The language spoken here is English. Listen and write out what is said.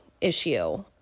issue